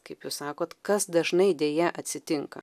kaip jūs sakot kas dažnai deja atsitinka